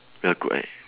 well cook eh